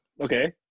Okay